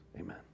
Amen